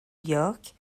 york